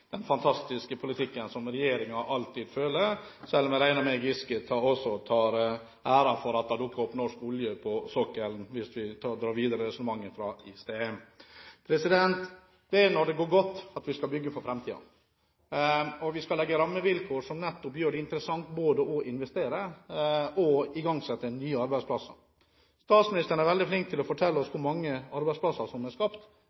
den fantastiske politikken som regjeringen alltid fører, selv om jeg regner med at Giske også tar æren for at det dukker opp norsk olje på sokkelen – hvis vi drar videre resonnementet fra i sted. Det er når det går godt, vi skal bygge for framtiden. Vi skal legge rammevilkår som nettopp gjør det interessant både å investere og igangsette nye arbeidsplasser. Statsråden er veldig flink til å fortelle oss hvor mange arbeidsplasser som er skapt,